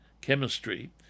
chemistry